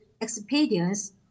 experience